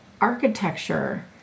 architecture